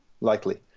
likely